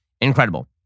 incredible